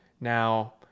Now